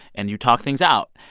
and you talk things out.